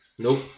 Nope